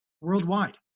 worldwide